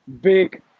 big